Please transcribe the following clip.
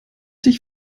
dich